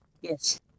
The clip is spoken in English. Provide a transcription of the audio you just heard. yes